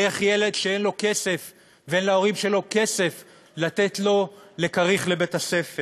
דרך ילד שאין לו כסף ואין להורים שלו כסף לתת לו לכריך לבית-הספר.